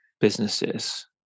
businesses